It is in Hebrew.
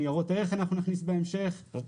בהמשך נכניס ניירות ערך.